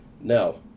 No